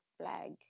flag